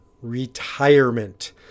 retirement